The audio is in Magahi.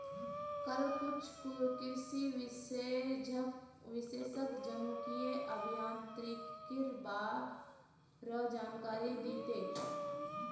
कल कुछ कृषि विशेषज्ञ जनुकीय अभियांत्रिकीर बा र जानकारी दी तेक